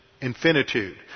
infinitude